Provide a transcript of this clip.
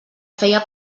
feia